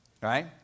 right